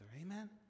Amen